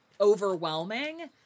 overwhelming